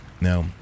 Now